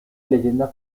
leyenda